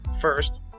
first